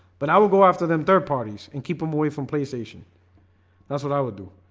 but i will go after them third parties and keep them away from playstation that's what i would do